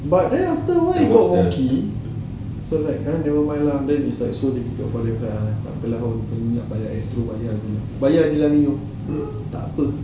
but then after awhile they got home key so like nevermind lah then like so difficult for them takpe lah bayar Astro bayar jer lah takpe